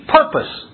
purpose